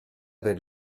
per